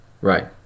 Right